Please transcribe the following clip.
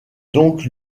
donc